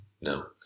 No